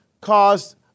caused